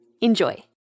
Enjoy